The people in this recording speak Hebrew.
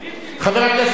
חבר הכנסת אקוניס,